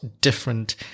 different